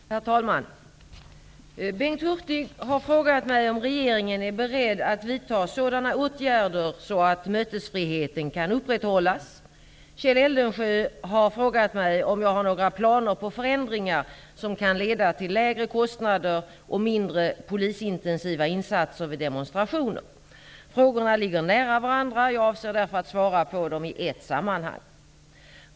Herr talman! Bengt Hurtig har frågat mig om regeringen är beredd att vidta sådana åtgärder så att mötesfriheten kan upprätthållas. Kjell Eldensjö har frågat mig om jag har några planer på förändringar som kan leda till lägre kostnader och mindre polisintensiva insatser vid demonstrationer. Frågorna ligger nära varandra. Jag avser därför att svara på dem i ett sammanhang.